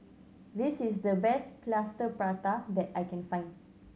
this is the best Plaster Prata that I can find